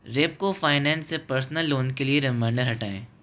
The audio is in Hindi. रेपको फ़ाइनैन्स से पर्सनल लोन के लिए रिमाइंडर हटाएं